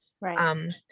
Right